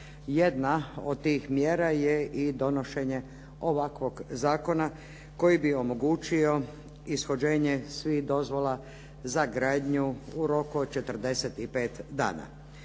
Jedna od tih mjera je i donošenje ovakvog zakona koji bi omogućio ishođenje svih dozvola za gradnju u roku od 45 dana.